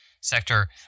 sector